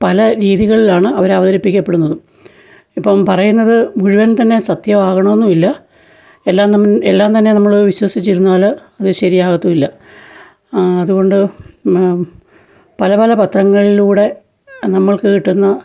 പല രീതികളിലാണ് അവര് അവതരിപ്പിക്കപ്പെടുന്നതും ഇപ്പോള് പറയുന്നത് മുഴുവൻതന്നെ സത്യമാകണമെന്നുമില്ല എല്ലാനമ്മ എല്ലാംതന്നെ നമ്മള് വിശ്വസിച്ചിരുന്നാല് അത് ശരിയാകത്തുമില്ല അതുകൊണ്ട് പല പല പത്രങ്ങളിലൂടെ നമ്മൾക്ക് കിട്ടുന്ന